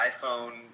iPhone